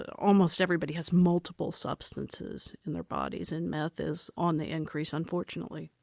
almost everybody has multiple substances in their bodies, and meth is on the increase, unfortunately.